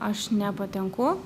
aš nepatenku